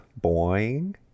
Boing